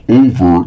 over